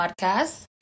podcast